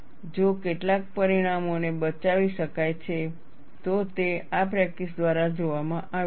જો કેટલાક પરિણામોને બચાવી શકાય છે તો તે આ પ્રેક્ટિસ દ્વારા જોવામાં આવ્યું છે